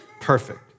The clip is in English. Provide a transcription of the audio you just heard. perfect